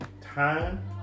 time